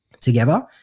together